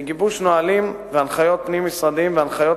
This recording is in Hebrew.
לגיבוש נהלים והנחיות פנים-משרדיים והנחיות